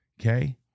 okay